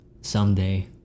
Someday